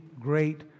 great